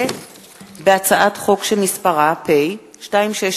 הצעת חוק לתיקון פקודת מס הכנסה (הטבות מס ליישוב